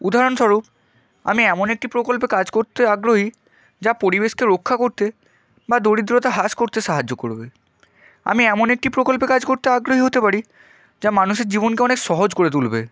উদাহরণস্বরূপ আমি এমন একটি প্রকল্পে কাজ করতে আগ্রহী যা পরিবেশকে রক্ষা করতে বা দরিদ্রতা হ্রাস করতে সাহায্য করবে আমি এমন একটি প্রকল্পে কাজ করতে আগ্রহী হতে পারি যা মানুষের জীবনকে অনেক সহজ করে তুলবে